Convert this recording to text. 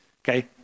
Okay